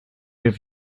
have